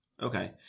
Okay